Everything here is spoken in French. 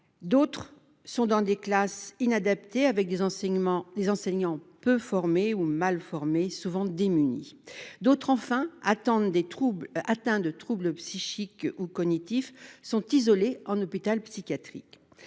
D’autres sont dans des classes inadaptées, avec des enseignants peu ou mal formés et souvent démunis. D’autres enfin, atteints de troubles psychiques ou cognitifs, sont isolés en hôpital psychiatrique.